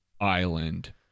Island